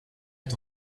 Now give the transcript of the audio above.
est